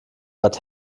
bad